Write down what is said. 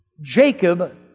Jacob